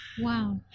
Wow